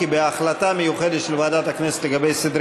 כי בהחלטה מיוחדת של ועדת הכנסת לגבי סדרי